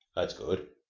that's good.